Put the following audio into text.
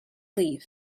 leave